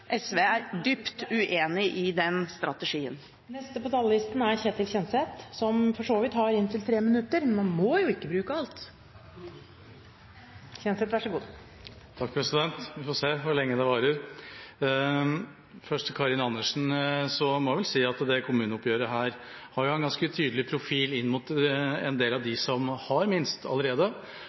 SV er dypt uenig i den strategien. Først til Karin Andersen: Jeg må vel si at dette kommuneoppgjøret har en ganske tydelig profil inn mot en del av dem som har minst, allerede.